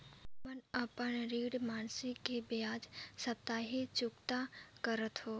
हमन अपन ऋण मासिक के बजाय साप्ताहिक चुकता करथों